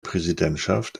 präsidentschaft